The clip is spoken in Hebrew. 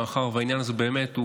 מאחר שהעניין הזה באמת,